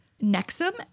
Nexum